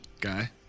guy